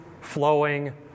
flowing